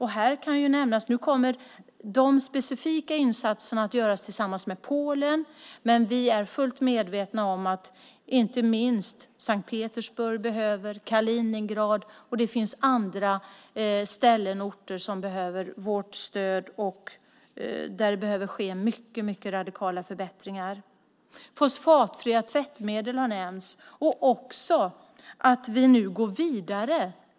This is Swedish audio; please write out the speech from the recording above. Här kan nämnas att de specifika insatserna kommer att göras tillsammans med Polen, men vi är fullt medvetna om att inte minst Sankt Petersburg, Kaliningrad och andra orter behöver vårt stöd. Det behöver ske mycket radikala förbättringar. Fosfatfria tvättmedel har nämnts. Nu går vi vidare.